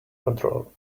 control